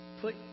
put